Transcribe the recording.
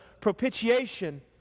propitiation